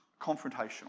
confrontational